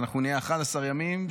אנחנו נהיה 11 ימים,